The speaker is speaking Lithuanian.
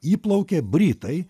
įplaukė britai